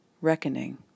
reckoning